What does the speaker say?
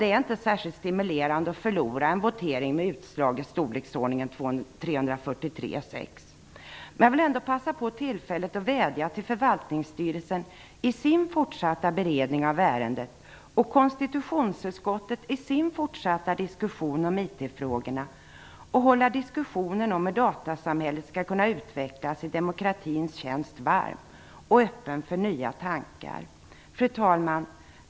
Det är inte särskilt stimulerande att förlora en votering med utslag i storleksordningen 343-6. Jag vill ändå passa på tillfället att vädja om att förvaltningsstyrelsen i sin fortsatta beredning av ärendet och att konstitutionsutskottet i sin fortsatta diskussion om IT-frågorna skall hålla diskussionen om hur datasamhället skall kunna utvecklas i demokratins tjänst varm och öppen för nya tankar. Fru talman!